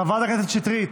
חברת הכנסת שטרית,